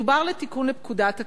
מדובר בתיקון לפקודת הכלבת.